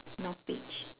no peach